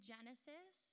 Genesis